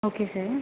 okay sir